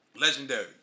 legendary